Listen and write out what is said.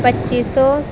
ਪੱਚੀ ਸੌ